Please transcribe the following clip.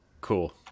Cool